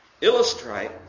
illustrate